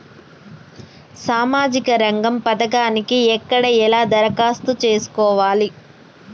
సామాజిక రంగం పథకానికి ఎక్కడ ఎలా దరఖాస్తు చేసుకోవాలి?